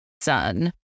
son